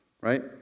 right